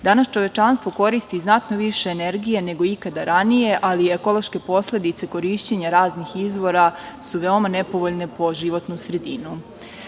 Danas čovečanstvo koristi i znatno više energije nego ikada ranije, ali i ekološke posledice korišćenja raznih izvora su veoma nepovoljne po životnu sredinu. Pošto